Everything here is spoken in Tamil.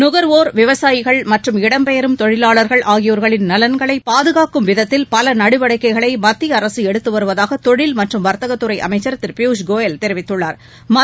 நுகர்வோர் விவசாயிகள் மற்றும் இடம் பெயரும் தொழிலாளர்கள் ஆகியோர்களின் நலனை பாதுகாக்கும் விதத்தில் பல நடவடிக்கைகளை மத்திய அரசு எடுத்து வருவதாக தொழில் மற்றம் வா்த்தகத்துறை அமைச்சா் திரு பியூஷ் கோயல் தெரிவித்துள்ளாா்